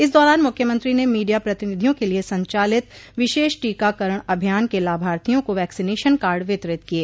इस दौरान मुख्यमंत्री ने मीडिया प्रतिनिधियों के लिये संचालित विशेष टीकारण अभियान के लाभार्थियों को वैक्सोनेशन कार्ड वितरित किये